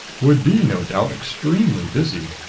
would be, no doubt, extremely busy?